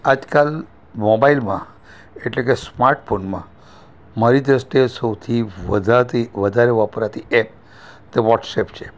આજ કાલ મોબાઈલમાં એટલે કે સ્માર્ટ ફોનમાં મારી દૃષ્ટિએ સૌથી વધારે વપરાતી એપ તે વોટ્સએપ છે